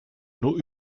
nur